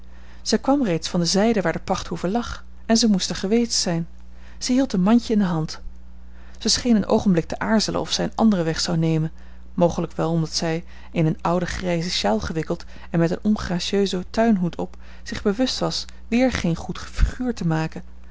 zij kwam reeds van de zijde waar de pachthoeve lag en zij moest er geweest zijn zij hield een mandje in de hand zij scheen een oogenblik te aarzelen of zij een anderen weg zou nemen mogelijk wel omdat zij in eene oude grijze sjaal gewikkeld en met een ongracieusen tuinhoed op zich bewust was weer geen goed figuur te maken